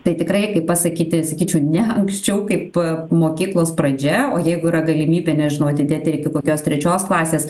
tai tikrai kaip pasakyti sakyčiau ne anksčiau kaip mokyklos pradžia o jeigu yra galimybė nežinau atidėti ir iki kokios trečios klasės